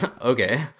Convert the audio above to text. Okay